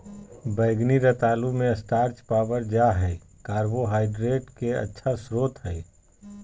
बैंगनी रतालू मे स्टार्च पावल जा हय कार्बोहाइड्रेट के अच्छा स्रोत हय